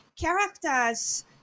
characters